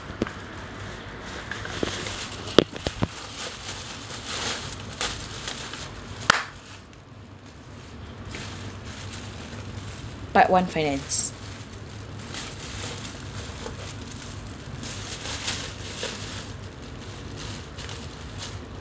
part one finance